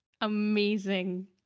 Amazing